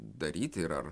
daryti ir